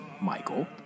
Michael